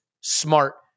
smart